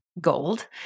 gold